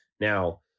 Now